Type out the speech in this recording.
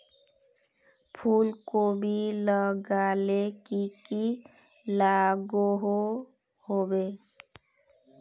फूलकोबी लगाले की की लागोहो होबे?